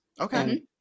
Okay